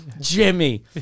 Jimmy